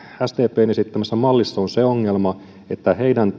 sdpn esittämässä mallissa on se ongelma että heidän